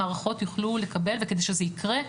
המערכות יוכלו לקבל וכדי שזה ייקרה,